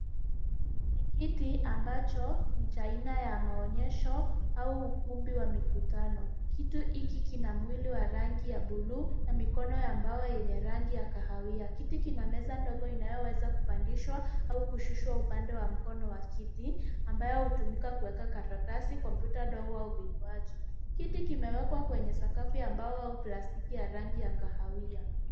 Kiti ambacho ni cha aina ya maonyesho au ukumbi wa mikutano, kiti hiki kina mwili wa rangi ya buluu na mikono ya mbao yenye rangi ya kahawia. Kiti kina meza ndogo inayoweza kupandsihwa au kushushwa upande wa mkono wa kiti ambayo hutumika kuweka karatasi, kompyuta ndogo au vinywaji, kiti kimewekwa kwenye sakafu ya mbao au plastiki ya rangi ya kahawia.